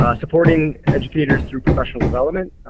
ah supporting educators through professional development,